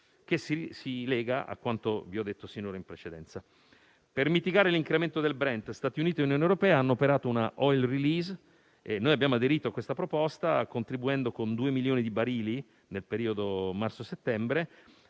che si lega a quanto vi ho detto in precedenza. Per mitigare l'incremento del Brent Stati Uniti e Unione europea hanno operato una *oil release*. Abbiamo aderito a questa proposta contribuendo con 2 milioni di barili nel periodo marzo-settembre,